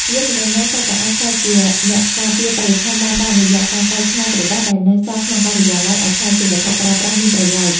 យើងម្នាក់ៗសុទ្ធតែអាចក្លាយជាអ្នកការពារបរិស្ថានបានតាមរយៈការកែច្នៃក្រដាសដែលនៅសល់ក្នុងការិយាល័យឱ្យក្លាយជាវត្ថុប្រើប្រាស់មានប្រយោជន៍។